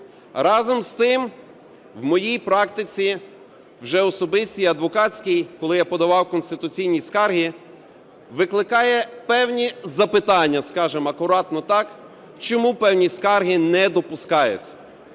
Разом з тим в моїй практиці вже особистій адвокатській, коли я подавав конституційні скарги, викликає певні запитання, скажемо акуратно так, чому певні скарги не допускаються.